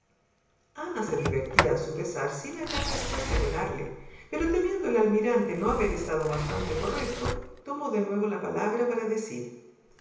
ana se divertía a su pesar sin hallar respuesta que darle pero temiendo el almirante no haber estado bastante correcto tomó de nuevo la palabra para decir